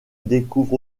découvre